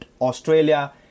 Australia